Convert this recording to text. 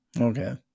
okay